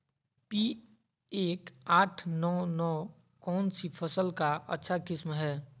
P एक आठ नौ नौ कौन सी फसल का अच्छा किस्म हैं?